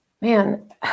Man